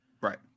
right